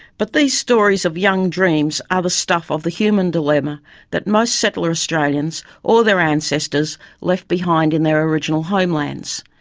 but these stories of young dreams are the stuff of the human dilemma that most settler australians or their ancestors left behind in their original homelands.